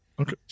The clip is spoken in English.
Okay